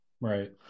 Right